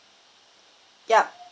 yup